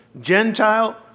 Gentile